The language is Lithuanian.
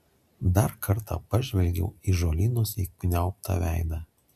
dar kartą pažvelgiau į žolynus įkniaubtą veidą